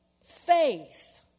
faith